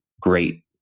great